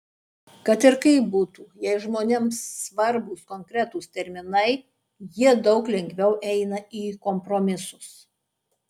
kad ir kaip būtų jei žmonėms svarbūs konkretūs terminai jie daug lengviau eina į kompromisus